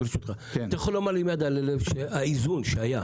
אתה יכול לומר לי עם יד על הלב שהאיזון שהיה